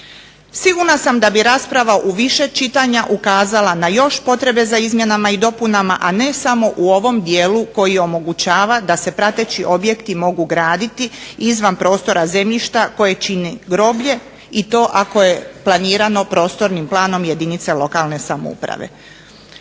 Sigurna sam da bi rasprava u više čitanja ukazala na još potrebe za izmjenama i dopunama, a ne samo u ovom dijelu koji omogućava da se prateći objekti mogu graditi izvan prostora zemljišta koje čini groblje i to ako je planirano prostornim planom jedinica lokalne samouprave.